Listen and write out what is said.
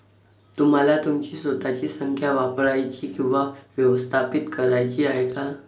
तुम्हाला तुमची स्वतःची संख्या वापरायची किंवा व्यवस्थापित करायची आहे का?